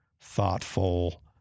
thoughtful